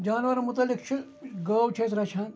جانوَرَن مُتعلِق چھُ گٲو چھِ أسۍ رَچھان